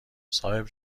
صاحب